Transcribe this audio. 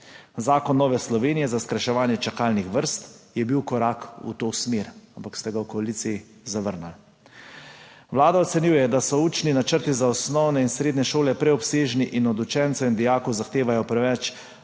Zakon Nove Slovenije za skrajševanje čakalnih vrst je bil korak v to smer, ampak ste ga v koaliciji zavrnili. Vlada ocenjuje, da so učni načrti za osnovne in srednje šole preobsežni in od učencev in dijakov zahtevajo preveč